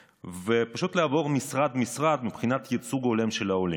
ופשוט לעבור משרד-משרד מבחינת הייצוג ההולם של העולים: